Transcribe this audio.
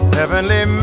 heavenly